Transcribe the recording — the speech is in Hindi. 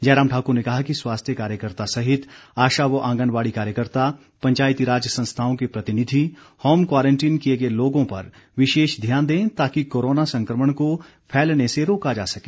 जयराम ठाकुर ने कहा कि स्वास्थ्य कार्यकर्ता सहित आशा व आंगनबाड़ी कार्यकर्ता पंचायती राज संस्थाओं के प्रतिनिधि होम क्वारंटीन किए गए लोगों पर विशेष ध्यान दें ताकि कोरोना संक्रमण को फैलने से रोका जा सके